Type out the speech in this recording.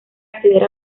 acceder